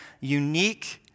unique